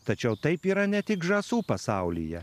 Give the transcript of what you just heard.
tačiau taip yra ne tik žąsų pasaulyje